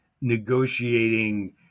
negotiating